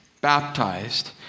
baptized